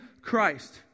Christ